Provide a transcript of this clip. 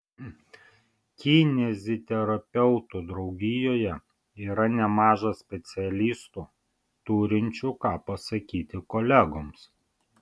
kineziterapeutų draugijoje yra nemaža specialistų turinčių ką pasakyti kolegoms